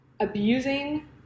abusing